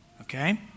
Okay